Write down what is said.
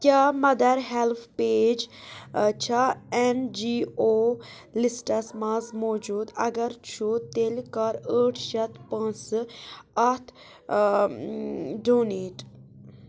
کیٛاہ mother help page چھا N G O لِسٹَس منٛز موجوٗد اگر چھُ تیٚلہِ کَر ٲٹھ شیٚتھ پۄنٛسہٕ اَتھ ڈونیٹ